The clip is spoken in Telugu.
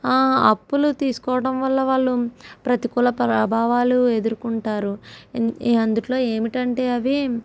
ఆ అప్పులు తీసుకోవడం వల్ల వాళ్ళు ప్రతికూల ప్రభావాలు ఎదుర్కొంటారు ఇ అందుటిలో ఏమిటంటే అవి